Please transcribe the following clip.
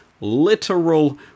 literal